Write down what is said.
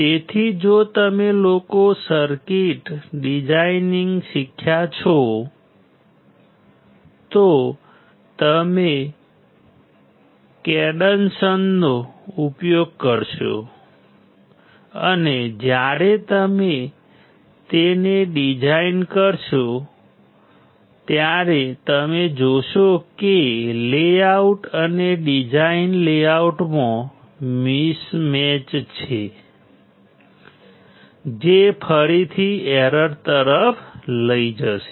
તેથી જો તમે લોકો સર્કિટ ડિઝાઇનિંગ શીખ્યા છો તો તમે કેડન્સનો ઉપયોગ કરશો અને જ્યારે તમે તેને ડિઝાઇન કરશો ત્યારે તમે જોશો કે લેઆઉટ અને ડિઝાઇન લેઆઉટમાં મિસમેચ છે જે ફરીથી એરર તરફ લઈ જશે